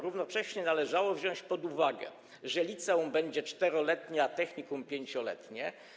Równocześnie należało wziąć pod uwagę, że liceum będzie 4-letnie, a technikum - 5-letnie.